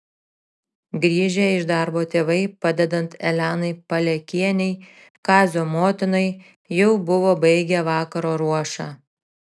grįžę iš darbo tėvai padedant elenai palekienei kazio motinai jau buvo baigę vakaro ruošą